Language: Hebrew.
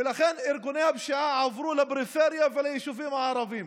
ולכן ארגוני הפשיעה עברו לפריפריה וליישובים הערביים.